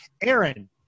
aaron